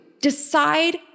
decide